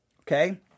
okay